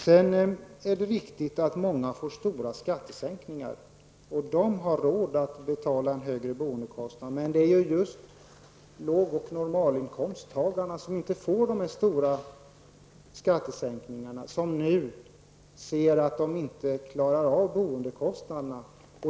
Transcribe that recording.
Det är riktigt att många människor får stora skattesänkningar, och de har råd att betala en högre boendekostnad. Men det är just låg och normalinkomsttagarna, som inte får dessa stora skattesänkningar, som nu ser att de inte klarar av boendekostnaderna.